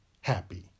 Happy